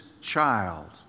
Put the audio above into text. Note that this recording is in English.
child